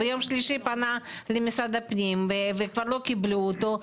ביום שלישי פנה למשרד הפנים וכבר לא קיבלו אותו,